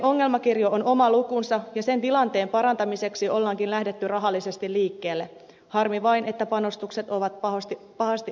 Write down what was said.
suurkaupunkien ongelmakirjo on oma lukunsa ja sen tilanteen parantamiseksi onkin lähdetty rahallisesti liikkeelle harmi vain että panostukset ovat pahasti alimitoitettuja